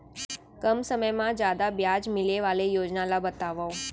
कम समय मा जादा ब्याज मिले वाले योजना ला बतावव